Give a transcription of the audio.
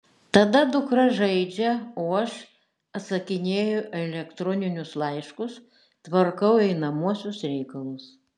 tada dukra žaidžia o aš atsakinėju į elektroninius laiškus tvarkau einamuosius reikalus